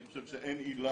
אני חושב שאין עילה,